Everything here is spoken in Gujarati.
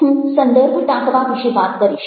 હું સંદર્ભ ટાંકવા વિશે વાત કરીશ